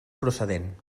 procedent